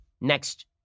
next